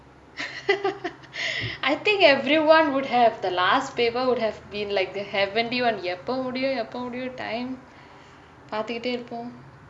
I think everyone who had the last paper would have been like the heavenly [one] எப்பே முடியும் எப்பே முடியும்:eppae mudiyum eppae mudiyum time பாத்துட்டே இருப்போ:paathutae iruppo